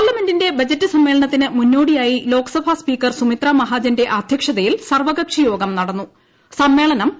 പാർലമെന്റിന്റെ ബജറ്റ് സമ്മേളനത്തിന് മുന്നോടിയായി ലോക്സഭാ സ്പീക്കർ സുമിത്രാ മഹാജന്റെ അധ്യക്ഷതയിൽ സർവ്വക്ഷി യോഗം നടന്നു സമ്മേളനം നാളെ ആരംഭിക്കും